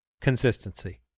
consistency